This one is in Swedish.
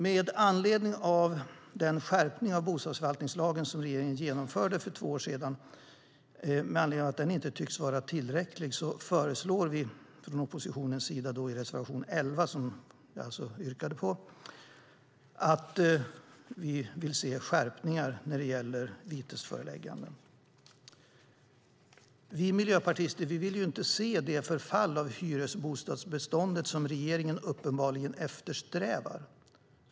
Med anledning av att den skärpning av bostadsförvaltningslagen som regeringen genomförde för två år sedan inte tycks vara tillräcklig föreslår oppositionen i reservation 11, som jag alltså yrkat på, ytterligare skärpningar när det gäller vitesförelägganden. Vi miljöpartister vill inte se det förfall av hyresbostadsbeståndet som regeringen uppenbarligen eftersträvar.